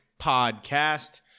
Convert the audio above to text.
podcast